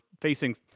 facing